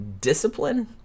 discipline